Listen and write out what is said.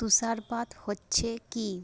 তুষারপাত হচ্ছে কি